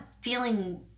feeling